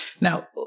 Now